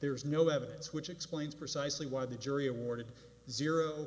there is no evidence which explains precisely why the jury awarded zero